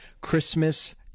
Christmas